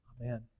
Amen